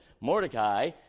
Mordecai